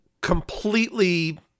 completely